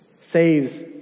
saves